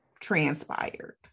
transpired